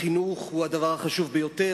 החינוך הוא הדבר החשוב ביותר,